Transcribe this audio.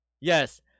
Yes